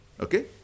okay